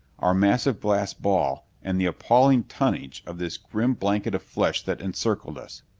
our massive glass ball and the appalling tonnage of this grim blanket of flesh that encircled us.